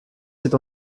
s’est